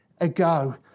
ago